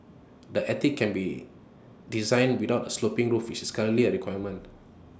the attic can be designed without A sloping roof which is currently A requirement